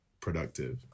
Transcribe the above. productive